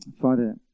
Father